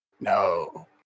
No